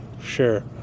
sure